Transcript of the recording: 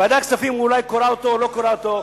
ועדת הכספים אולי קוראת אותו או לא קוראת אותו,